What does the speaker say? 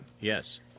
yes